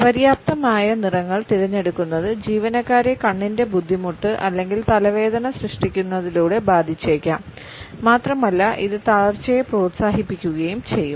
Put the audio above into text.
അപര്യാപ്തമായ നിറങ്ങൾ തിരഞ്ഞെടുക്കുന്നത് ജീവനക്കാരെ കണ്ണിന്റെ ബുദ്ധിമുട്ട് അല്ലെങ്കിൽ തലവേദന സൃഷ്ടിക്കുന്നതിലൂടെ ബാധിച്ചേക്കാം മാത്രമല്ല ഇത് തളർച്ചയെ പ്രോത്സാഹിപ്പിക്കുകയും ചെയ്യും